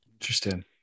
interesting